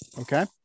Okay